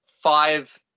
Five